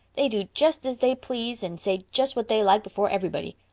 they do just as they please and say just what they like before everybody.